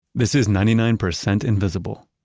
this is ninety nine percent invisible.